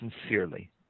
sincerely